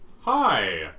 Hi